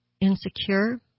insecure